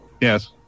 Yes